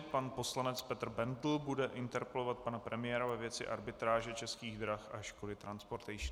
Pan poslanec Petr Bendl bude interpelovat pana premiéra ve věci arbitráže Českých drah a Škody Transportation.